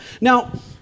Now